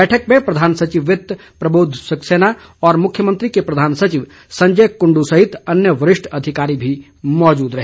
बैठक में प्रधान सचिव वित्त प्रबोद्ध सक्सेना और मुख्यमंत्री के प्रधान सचिव संजय कुंडू सहित अन्य वरिष्ठ अधिकारी भी मौजूद रहे